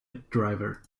driver